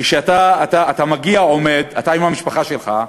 כשאתה מגיע, עומד, אתה עם המשפחה שלך,